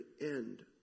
end